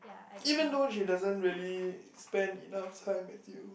even though she doesn't really spend enough time with you